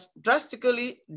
drastically